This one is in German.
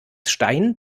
stein